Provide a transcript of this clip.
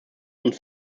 und